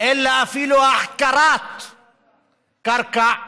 ולא אפילו החכרת קרקע לערבים.